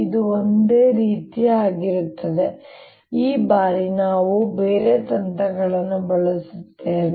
ಇದು ಒಂದೇ ಆಗಿರುತ್ತದೆ ಈ ಬಾರಿ ನಾವು ಬೇರೆ ತಂತ್ರವನ್ನು ಬಳಸುತ್ತೇವೆ